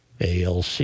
ALC